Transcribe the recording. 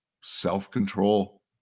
self-control